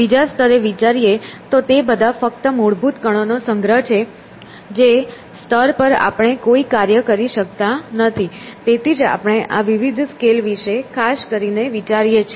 બીજા સ્તરે વિચારીએ તો તે બધા ફક્ત મૂળભૂત કણોનો સંગ્રહ છે જે સ્તર પર આપણે કોઈ કાર્ય કરી શકતા નથી તેથી જ આપણે આ વિવિધ સ્કેલ વિશે ખાસ કરીને વિચારીએ છીએ